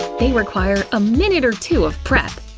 they require a minute or two of prep.